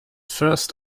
first